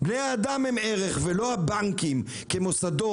בני אדם הם ערך ולא הבנקים כמוסדות,